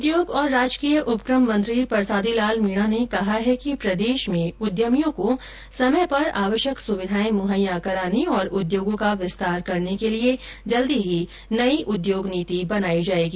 उद्योग और राजकीय उपक्रम मंत्री परसादी लाल मीना ने कहा है कि प्रदेश में उद्यमियों को समय पर आवश्यक सुविधाएं मुहैया कराने और उद्योगों का विस्तार करने के लिए जल्द ही नयी उद्योग नीति बनाई जायेगी